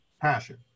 Passion